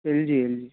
LG LG